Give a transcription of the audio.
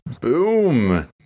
Boom